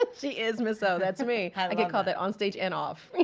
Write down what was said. ah she is miss o. that's me. i get called that on stage and off.